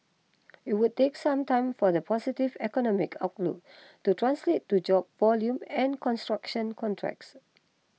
it would take some time for the positive economic outlook to translate to job volume and construction contracts